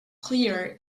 clear